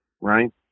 right